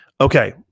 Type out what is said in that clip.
Okay